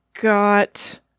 got